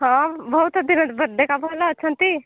ହଁ ବହୁତ ଦିନ ପରେ ଦେଖା ଭଲ ଅଛନ୍ତି